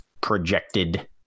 projected